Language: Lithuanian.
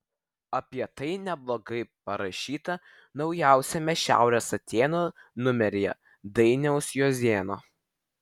apie tai neblogai parašyta naujausiame šiaurės atėnų numeryje dainiaus juozėno